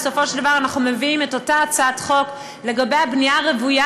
בסופו של דבר אנחנו מביאים את אותה הצעת חוק לגבי הבנייה הרוויה,